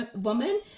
woman